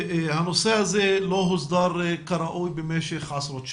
הנושא הזה לא הוסדר כראוי במשך עשרות שנים.